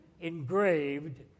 engraved